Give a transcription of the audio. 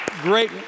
great